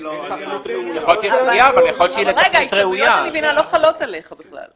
ההשתלמויות, אני מבינה, לא חלות עליך בכלל.